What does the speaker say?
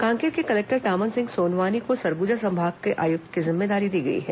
कांकेर के कलेक्टर टामन सिंह सोनवानी को सरगुजा संभाग के आयुक्त की जिम्मेदारी दी गई है